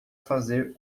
fazer